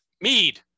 Mead